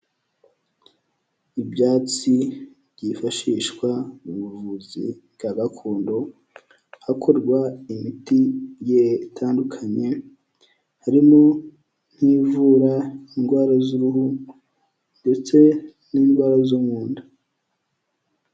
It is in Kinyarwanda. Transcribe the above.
Ibyatsi byifashishwa mu buvuzi bwa gakondo, hakorwa imiti igiye itandukanye, harimo nk'ivura indwara z'uruhu ndetse n'indwara zo mu nda.